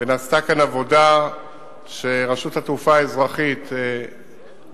ונעשתה כאן עבודה שרשות התעופה האזרחית הובילה,